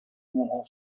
ملحق